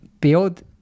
build